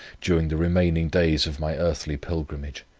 during the remaining days of my earthly pilgrimage.